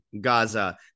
Gaza